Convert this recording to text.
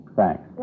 Thanks